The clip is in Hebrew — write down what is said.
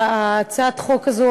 הצעת החוק הזאת,